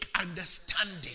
understanding